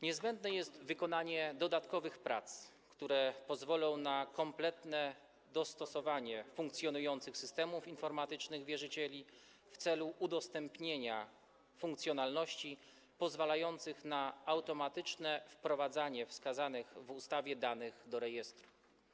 Niezbędne jest wykonanie dodatkowych prac, które pozwolą na kompletne dostosowanie funkcjonujących systemów informatycznych wierzycieli w celu udostępnienia funkcjonalności pozwalających na automatyczne wprowadzanie wskazanych w ustawie danych do rejestru.